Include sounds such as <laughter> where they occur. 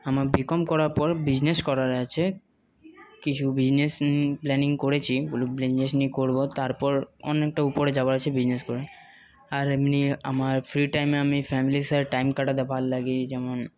আমার B com করার পর বিজনেস করার আছে কিছু বিজনেস প্ল্যানিং করেছি <unintelligible> নিয়ে করবো তারপর অনেকটা উপরে যাওয়ার আছে বিজনেস করে আর এমনি আমার ফ্রি টাইমে আমি ফ্যামিলির সাথে টাইম কাটাতে ভাল লাগে এই যেমন